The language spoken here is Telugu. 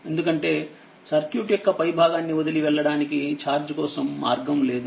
ఎందుకంటే సర్క్యూట్ యొక్క పై భాగాన్ని వదిలి వెళ్లడానికి ఛార్జ్ కోసం మార్గం లేదు